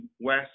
West